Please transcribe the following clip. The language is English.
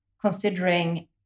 considering